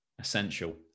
essential